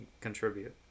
contribute